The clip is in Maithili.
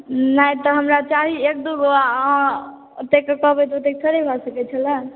नहि तऽ हमरा चाही एक दूगो अहाँ ओतय कहबै तऽ ओतेक थोड़े भऽ सकैया